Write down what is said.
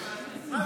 מה זה?